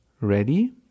ready